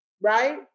right